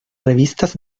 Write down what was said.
revistas